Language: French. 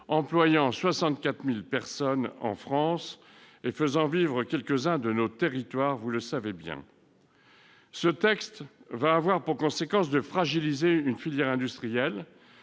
employant 64 000 personnes en France et faisant vivre quelques-uns de nos territoires. Ce texte aura pour conséquence de fragiliser une filière industrielle